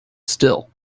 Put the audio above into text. still